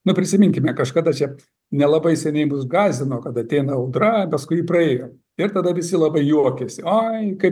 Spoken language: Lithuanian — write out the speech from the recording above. nu prisiminkime kažkada čia nelabai seniai mus gąsdino kad ateina audra paskui praėjo ir tada visi labai juokėsi oi kaip